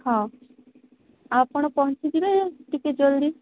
ହଁ ଆପଣ ପହଞ୍ଚି ଯିବେ ଟିକେ ଜଲ୍ଦି